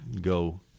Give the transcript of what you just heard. go